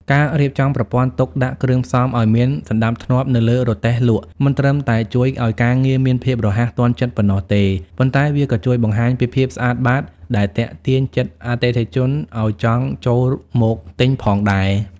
ការរៀបចំប្រព័ន្ធទុកដាក់គ្រឿងផ្សំឱ្យមានសណ្ដាប់ធ្នាប់នៅលើរទេះលក់ មិនត្រឹមតែជួយឱ្យការងារមានភាពរហ័សទាន់ចិត្តប៉ុណ្ណោះទេ ប៉ុន្តែវាក៏ជួយបង្ហាញពីភាពស្អាតបាតដែលទាក់ទាញចិត្តអតិថិជនឱ្យចង់ចូលមកទិញផងដែរ។